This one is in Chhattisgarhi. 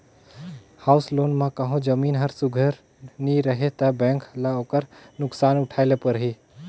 हाउस लोन म कहों जमीन हर सुग्घर नी रही ता बेंक ल ओकर नोसकान उठाए ले परही